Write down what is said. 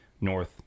north